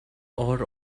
odor